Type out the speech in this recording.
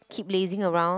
keep lazing around